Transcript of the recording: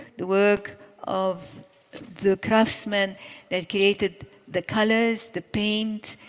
the work of the craftsman that created the colors, the paint,